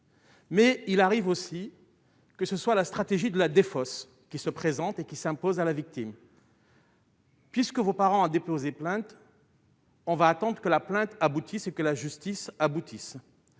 Mais il arrive aussi que ce soit la stratégie de la défausse, qui se présente et qui s'imposent à la victime. Puisque que vos parents a déposé plainte. On va attendent que la plainte aboutisse, que la justice aboutisse